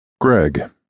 Greg